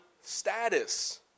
status